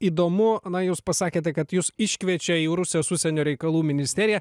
įdomu na jūs pasakėte kad jus iškviečia į rusijos užsienio reikalų ministeriją